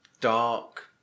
dark